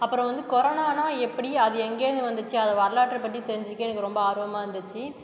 அப்புறம் வந்து கொரோனான்னா எப்படி அது எங்கேருந்து வந்துச்சி அது வரலாற்றை பற்றி தெரிஞ்சிக்க எனக்கு ரொம்ப ஆர்வமாக இருந்துச்சு